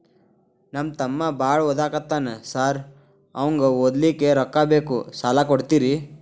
ನಮ್ಮ ತಮ್ಮ ಬಾಳ ಓದಾಕತ್ತನ ಸಾರ್ ಅವಂಗ ಓದ್ಲಿಕ್ಕೆ ರೊಕ್ಕ ಬೇಕು ಸಾಲ ಕೊಡ್ತೇರಿ?